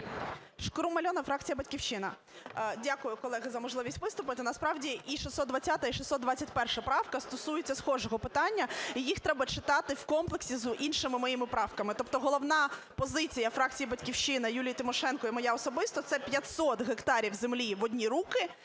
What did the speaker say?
Шкрум Альона, фракція "Батьківщина". Дякую, колеги, за можливість виступити. Насправді і 620-а, і 621-а правки стосуються схожого питання і їх треба читати в комплексі з іншими моїми правками. Тобто головна позиція фракції "Батьківщина", Юлії Тимошенко і моя особисто – це 500 гектарів землі в одні руки